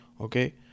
okay